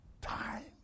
Time